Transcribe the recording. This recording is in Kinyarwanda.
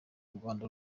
rwanda